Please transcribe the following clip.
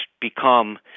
become